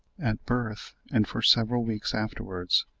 at birth, and for several weeks afterwards,